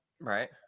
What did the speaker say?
Right